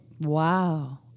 Wow